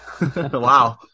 Wow